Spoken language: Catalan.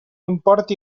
import